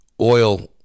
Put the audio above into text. oil